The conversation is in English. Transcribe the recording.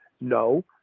No